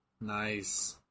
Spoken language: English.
Nice